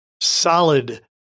solid